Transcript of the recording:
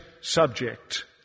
subject